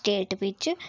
state बिच्च